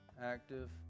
active